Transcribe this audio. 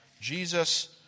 Jesus